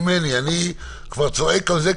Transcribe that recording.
אני יכולה לפרט עכשיו,